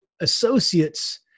associates